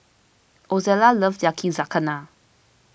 Ozella loves Yakizakana